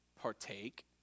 partake